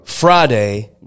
Friday